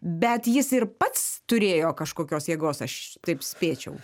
bet jis ir pats turėjo kažkokios jėgos aš taip spėčiau